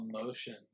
emotion